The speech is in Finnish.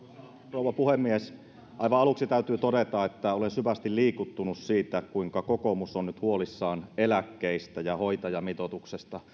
rouva puhemies aivan aluksi täytyy todeta että olen syvästi liikuttunut siitä kuinka kokoomus on nyt huolissaan eläkkeistä ja hoitajamitoituksesta